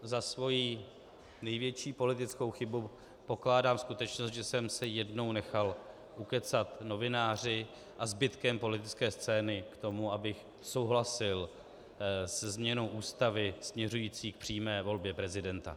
Za svoji největší politickou chybu pokládám skutečnost, že jsem se jednou nechal ukecat novináři a zbytkem politické scény k tomu, abych souhlasil se změnou Ústavy směřující k přímé volbě prezidenta.